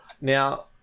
Now